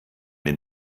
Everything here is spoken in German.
den